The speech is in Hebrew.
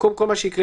במקום כל מה שהקראתי